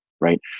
Right